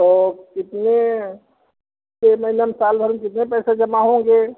तो इसमें इसमें मैडम सालभर में कितने पैसे जमा होंगे